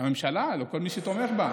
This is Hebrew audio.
לממשלה, לכל מי שתומך בה.